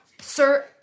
Sir